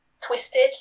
twisted